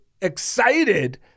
excited